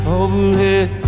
overhead